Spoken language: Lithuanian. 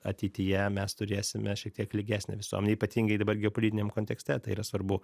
ateityje mes turėsime šiek tiek lygesnę visuomenę ypatingai dabar geopolitiniam kontekste tai yra svarbu